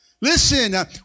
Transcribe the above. Listen